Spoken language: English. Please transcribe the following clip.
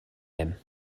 him